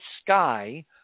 sky